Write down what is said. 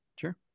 sure